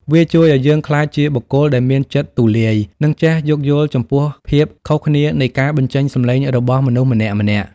វាជួយឱ្យយើងក្លាយជាបុគ្គលដែលមានចិត្តទូលាយ និងចេះយោគយល់ចំពោះភាពខុសគ្នានៃការបញ្ចេញសម្លេងរបស់មនុស្សម្នាក់ៗ។